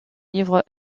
livres